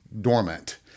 dormant